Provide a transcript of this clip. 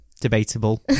Debatable